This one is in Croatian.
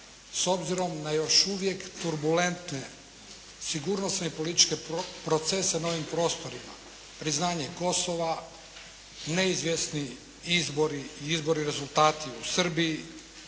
S obzirom na još uvijek turbulentne, sigurnosne i političke procese na ovim prostorima. Priznanje Kosova, ne izvjesni izbori i izborni rezultati u Srbiji,